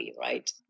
right